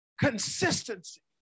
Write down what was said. Consistency